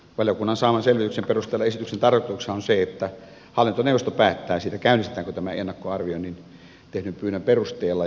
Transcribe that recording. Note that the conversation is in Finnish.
valiokunnan saaman selvityksen perusteella esityksen tarkoituksena on se että hallintoneuvosto päättää siitä käynnistetäänkö tämä ennakkoarviointi tehdyn pyynnön perusteella